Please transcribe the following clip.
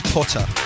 Potter